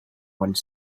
one